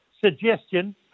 suggestion